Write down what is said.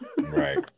Right